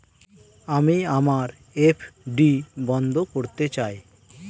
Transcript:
আমি আমার এফ.ডি বন্ধ করতে চাই